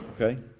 Okay